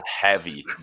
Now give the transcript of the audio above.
heavy